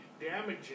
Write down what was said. damaging